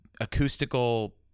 acoustical